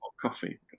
coffee